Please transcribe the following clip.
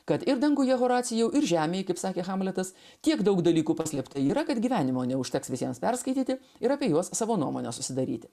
kad ir danguje horacijau ir žemėj kaip sakė hamletas tiek daug dalykų paslėpta yra kad gyvenimo neužteks visiems perskaityti ir apie juos savo nuomonę susidaryti